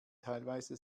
teilweise